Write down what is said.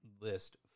list